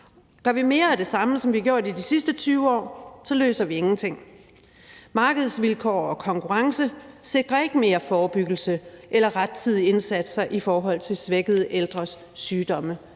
Gør vi mere af det samme, som vi har gjort i de sidste 20 år, løser vi ingenting. Markedsvilkår og konkurrence sikrer ikke mere forebyggelse eller rettidige indsatser i forhold til svækkede ældres sygdomme.